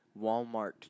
Walmart